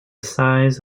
size